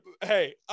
Hey